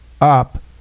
up